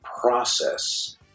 process